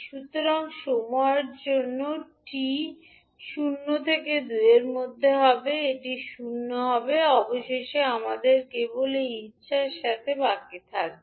সুতরাং সময়ের জন্য টি শূন্য থেকে দুই এর মধ্যে হবে এটি শূন্য হবে অবশেষে আমাদের কেবল এই ইচ্ছার সাথে বাকি থাকবে